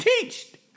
teached